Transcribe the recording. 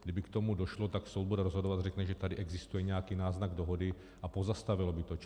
Kdyby k tomu došlo, tak soud bude rozhodovat a řekne, že tady existuje nějaký náznak dohody, a pozastavil by to.